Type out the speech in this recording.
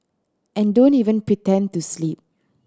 and don't even pretend to sleep